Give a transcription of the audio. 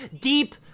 deep